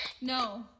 No